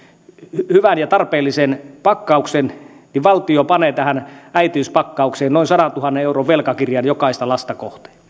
hyvän ja tarpeellisen pakkauksen valtio panee tähän äitiyspakkaukseen noin sadantuhannen euron velkakirjan jokaista lasta kohden